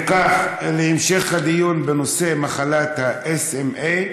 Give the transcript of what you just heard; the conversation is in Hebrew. אם כך, את המשך הדיון בנושא מחלת ה-SMA,